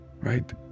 Right